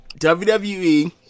WWE